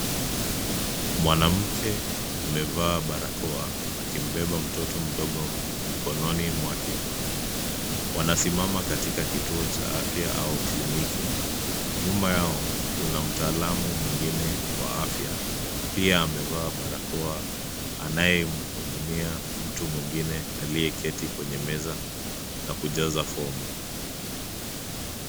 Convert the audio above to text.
Mwanamke amevaa barakoa akimbeba mtoto mdogo mkononi mwake, wanasimama katika kituo cha afya au kliniki. Nyuma yao kuna mtaalamu mwingine wa afya pia amevaa barakoa, anayemhudumia mtu mwingine aliyeketi kwenye meza na kujaza fomu.